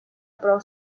prou